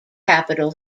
capital